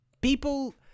people